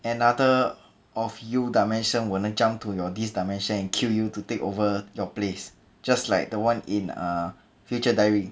another of you dimension want to jump to your this dimension and kill you to take over your place just like the one in uh future diary